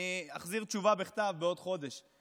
אני אחזיר תשובה בכתב בעוד חודש.